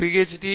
ஹ்ச்டீ Ph